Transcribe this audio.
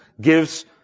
gives